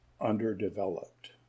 underdeveloped